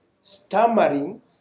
stammering